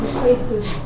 places